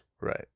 Right